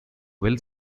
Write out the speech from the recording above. will